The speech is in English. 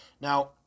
Now